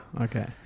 Okay